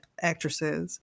actresses